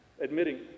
admitting